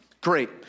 Great